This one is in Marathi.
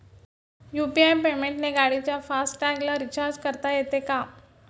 यु.पी.आय पेमेंटने गाडीच्या फास्ट टॅगला रिर्चाज करता येते का?